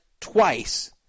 twice